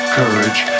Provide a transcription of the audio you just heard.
courage